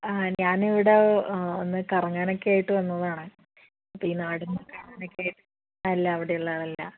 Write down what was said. ആ ഞാനിവിടെ ഒന്ന് കറങ്ങാൻ ഒക്കെ ആയിട്ട് വന്നതാണ് ഇപ്പം ഈ നാടി അല്ല അവിടെയുള്ള ആളല്ല